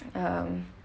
um